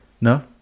No